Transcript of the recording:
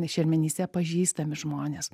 šermenyse pažįstami žmonės